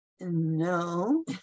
No